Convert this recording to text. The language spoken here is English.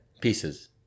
pieces